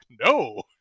no